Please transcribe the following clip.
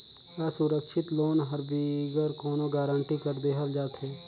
असुरक्छित लोन हर बिगर कोनो गरंटी कर देहल जाथे